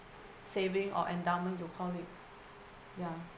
saving or endowment to call with ya